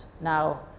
now